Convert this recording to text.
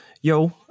Yo